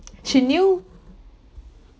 she knew